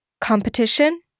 competition